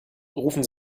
rufen